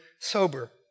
sober